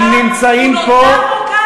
הוא נותר מורכב,